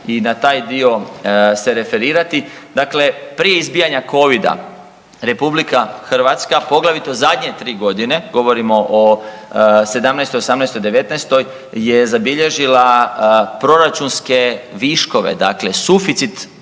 i na taj dio se referirati. Dakle, prije izbijanja Covida RH poglavito zadnje 3 godine, govorimo o '17., '18, '19. je zabilježila proračunske viškove dakle suficit